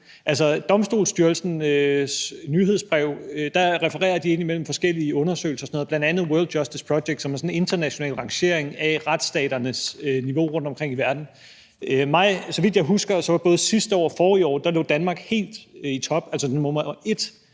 Domstolsstyrelsens nyhedsbrev refererer imellem til forskellige undersøgelser, bl.a. World Justice Project, som er sådan en international rangering af retsstaternes niveau rundtomkring i verden. Så vidt jeg husker, lå Danmark både sidste år og forrige år helt i top som nummer et